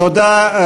תודה,